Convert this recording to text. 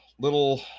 little